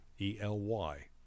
E-L-Y